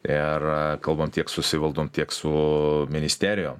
ir kalbant tiek su savivaldom tiek su ministerijom